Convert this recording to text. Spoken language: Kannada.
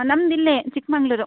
ನಮ್ದು ಇಲ್ಲೇ ಚಿಕ್ಕಮಗ್ಳೂರು